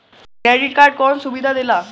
Credit card कौन सुबिधा देला?